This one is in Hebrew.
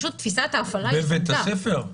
בבית הספר?